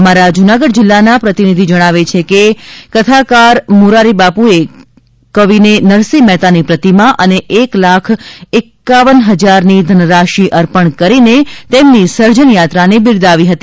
અમારા જૂનાગઢના પ્રતિનિધિ જણાવે છે કે કથાકાર પૂજ્ય શ્રી મોરારીબાપુએ કવિને નરસિંહ મહેતાની પ્રતિમા અને એક લાખ એકાવન હજારની ધનરાશિ અર્પણ કરીને તેમની સર્જનયાત્રાને બિરદાવી હતી